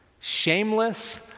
shameless